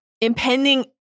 impending